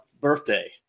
birthday